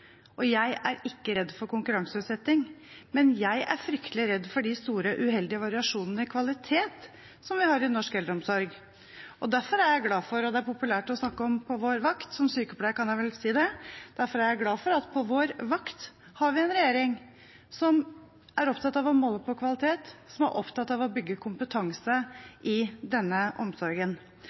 Jeg er ikke redd for konkurranseutsetting, men jeg er fryktelig redd for de store, uheldige variasjonene i kvalitet som vi har i norsk eldreomsorg. Derfor er jeg glad for – og det er populært å snakke om «på vår vakt», som sykepleier kan jeg vel si det – at på vår vakt har vi en regjering som er opptatt av å måle på kvalitet, som er opptatt av å bygge kompetanse i denne omsorgen.